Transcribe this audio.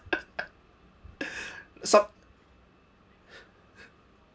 sub